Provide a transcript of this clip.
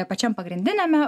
pačiam pagrindiniame